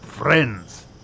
Friends